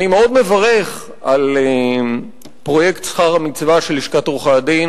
אני מאוד מברך על פרויקט "שכר מצווה" של לשכת עורכי-הדין.